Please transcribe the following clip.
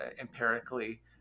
empirically